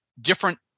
different